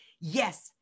yes